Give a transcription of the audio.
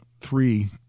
three